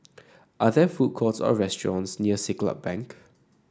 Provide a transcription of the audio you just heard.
are there food courts or restaurants near Siglap Bank